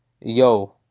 Yo